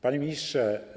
Panie Ministrze!